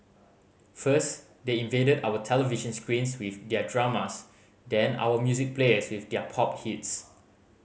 first they invaded our television screens with their dramas then our music players with their pop hits